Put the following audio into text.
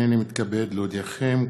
הנני מתכבד להודיעכם,